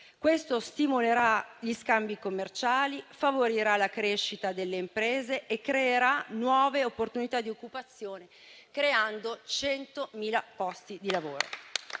Questo stimolerà gli scambi commerciali, favorirà la crescita delle imprese e creerà nuove opportunità di occupazione, generando 100.000 posti di lavoro.